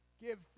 give